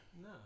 no